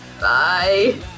Bye